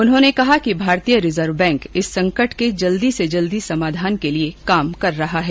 उन्होंने कहा कि भारतीय रिजर्व बैंक इस संकट के जल्दी से जल्दी समाधान के लिए काम कर रहा है